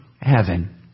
heaven